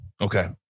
Okay